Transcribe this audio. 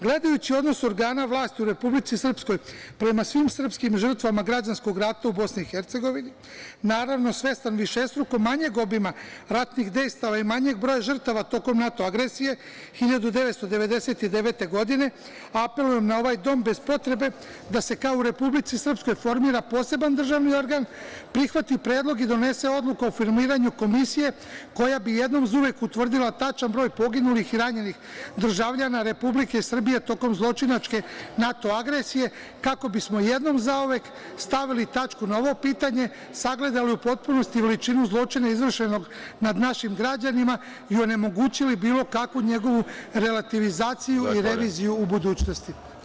Gledajući odnos organa vlasti u Republici Srpskoj prema svim srpskim žrtvama građanskog rata u BiH, naravno svestan višestruko manjeg obima ratnih dejstava i manjeg broja žrtava tokom NATO agresije 1999. godine apelujem na ovaj dom bez potrebe da se kao u Republici Srpskoj formira poseban državni organ, prihvati predlog i donese odluka o formiranju komisije koja bi jedom za uvek utvrdila tačan broj poginulih i ranjenih državljana Republike Srbije tokom zločinačke NATO agresije kako bismo jednom zauvek stavili tačku na ovo pitanje, sagledali u potpunosti veličinu zločina izvršenog nad našim građanima i onemogućili bilo kakvu njegovu relativizaciju i reviziju u budućnosti.